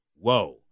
Whoa